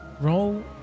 Roll